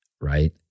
right